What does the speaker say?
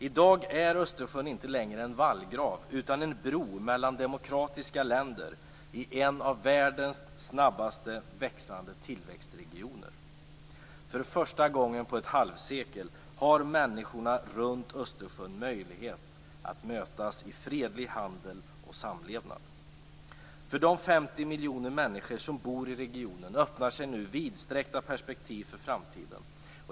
I dag är Östersjön inte längre en vallgrav utan en bro mellan demokratiska länder i en av världens snabbast växande tillväxtregioner. För första gången på ett halvsekel har människorna runt Östersjön möjlighet att mötas i fredlig handel och samlevnad. För de 50 miljoner människor som bor i regionen öppnar sig nu vidsträckta perspektiv för framtiden.